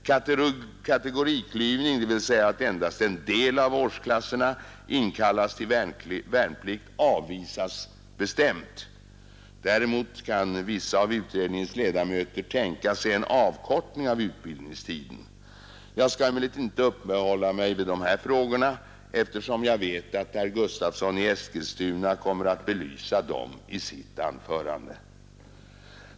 Kategoriklyvning — dvs. att endast en del av årsklasserna inkallas till värnpliktstjänstgöring — avvisas bestämt. Däremot kan vissa av utredningens ledamöter tänka sig en avkortning av utbildningstiden. Jag skall emellertid inte uppehålla mig vid de här frågorna, eftersom jag vet att herr Gustavsson i Eskilstuna kommer att belysa dem i sitt anförande.